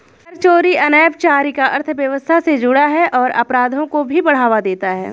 कर चोरी अनौपचारिक अर्थव्यवस्था से जुड़ा है और अपराधों को भी बढ़ावा देता है